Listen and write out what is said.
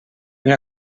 per